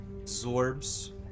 absorbs